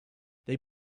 they